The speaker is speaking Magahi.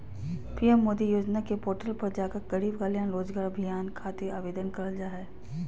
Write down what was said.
पीएम मोदी योजना के पोर्टल पर जाकर गरीब कल्याण रोजगार अभियान खातिर आवेदन करल जा हय